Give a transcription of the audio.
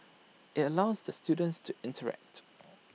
IT allows the students to interact